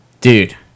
Dude